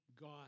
God